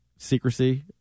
Secrecy